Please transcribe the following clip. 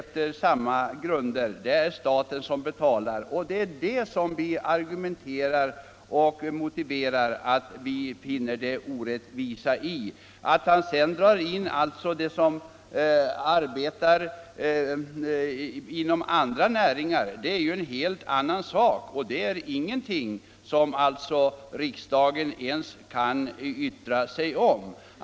Det — som riksdagsledaär det som vi finner att det ligger en orättvisa i. mot Vidare blandar herr Sjöholm i detta sammanhang också in dem som arbetar inom andra näringar. Det är en helt annan sak, som riksdagen inte kan yttra sig om.